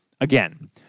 again